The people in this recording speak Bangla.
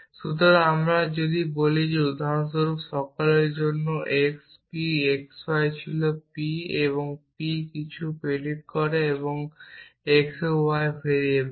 সুতরাং আমি যদি বলি উদাহরণস্বরূপ সকলের জন্য x p x y ছিল p কিছু p কিছু predicate এবং x এবং y ভেরিয়েবল